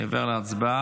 אני עובר להצבעה.